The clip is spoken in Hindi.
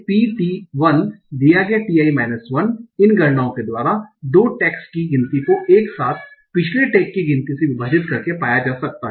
ti 1 इन गणनाओं के द्वारा 2 टेक्स्टस की गिनती को एक साथ पिछले टैग की गिनती से विभाजित करके पाया जा सकता है